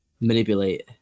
manipulate